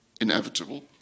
inevitable